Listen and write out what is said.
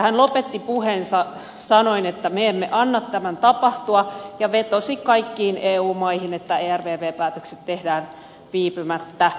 hän lopetti puheensa sanoen että me emme anna tämän tapahtua ja vetosi kaikkiin eu maihin että ervv päätökset tehdään viipymättä